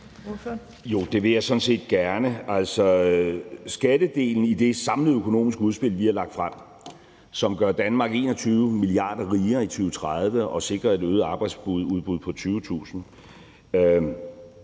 Jo, det vil jeg sådan set gerne. Personskattedelen i det samlede økonomiske udspil, vi har lagt frem, og som gør Danmark 21 mia. kr. rigere i 2030 og sikrer et øget arbejdsudbud på 20.000,